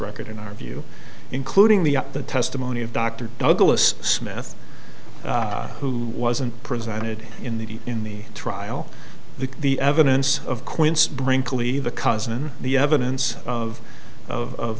record in our view including the up the testimony of dr douglas smith who wasn't presented in the in the trial the the evidence of quince brinkley the cousin the evidence of of